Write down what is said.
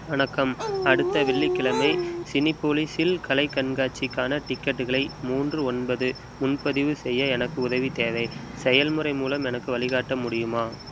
வணக்கம் அடுத்த வெள்ளிக்கிழமை சினிபோலீஸில் கலை கண்காட்சிக்கான டிக்கெட்டுகளை மூன்று ஒன்பது முன்பதிவு செய்ய எனக்கு உதவி தேவை செயல்முறை மூலம் எனக்கு வழிகாட்ட முடியுமா